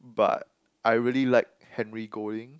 but I really like Henry Golding